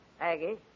Aggie